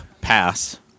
Pass